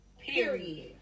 Period